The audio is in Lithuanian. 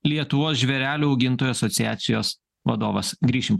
lietuvos žvėrelių augintojų asociacijos vadovas grįšim